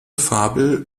fabel